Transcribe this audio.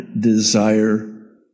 desire